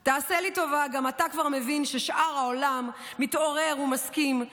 // תעשה לי טובה / גם אתה כבר מבין / ששאר העולם מתעורר ומסכים /